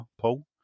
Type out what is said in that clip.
Paul